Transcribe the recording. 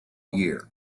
year